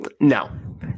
no